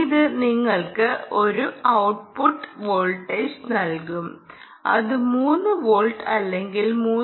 ഇത് നിങ്ങൾക്ക് ഒരു ഔട്ട്പുട്ട് വോൾട്ടേജ് നൽകും അത് 3 വോൾട്ട് അല്ലെങ്കിൽ 3